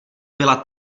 byla